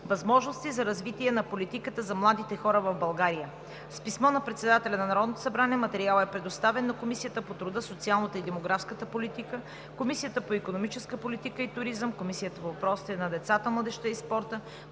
„Възможности за развитие на политиката за младите хора в България“. С писмо на председателя на Народното събрание материалът е предоставен на Комисията по труда, социалната и демографската политика, Комисията по икономическа политика и туризъм, Комисията по въпросите на децата, младежта и спорта,